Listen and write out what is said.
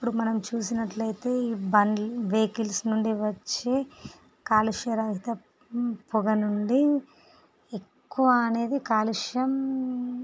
ఇప్పుడు మనం చూసినట్లయితే ఈ బండి వెహికల్స్ నుండి వచ్చే కాలుష్యరహిత పొగ నుండి ఎక్కువ అనేది కాలుష్యం